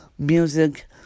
music